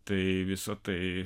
tai visa tai